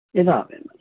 ના